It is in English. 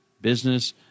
business